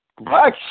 Black